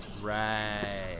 Right